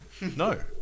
no